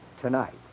tonight